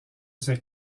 ces